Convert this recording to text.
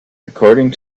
according